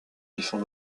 défend